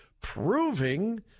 proving